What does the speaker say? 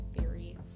theory